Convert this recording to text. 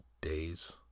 days